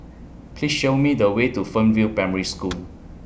Please Show Me The Way to Fernvale Primary School